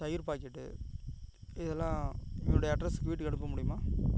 தயிர் பாக்கெட்டு இதெல்லாம் என்னுடைய அட்ரஸுக்கு வீட்டுக்கு அனுப்ப முடியுமா